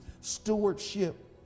Stewardship